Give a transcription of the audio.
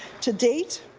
to date,